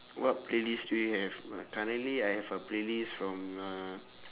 what playlist do you have currently I have a playlist from uh